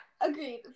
agreed